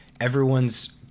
everyone's